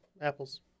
Apples